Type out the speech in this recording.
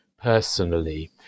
personally